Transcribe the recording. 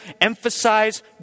emphasize